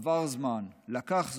עבר זמן, לקח זמן.